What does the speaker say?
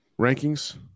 rankings